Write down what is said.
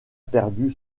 perdu